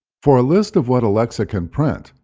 for a list of what alexa can print,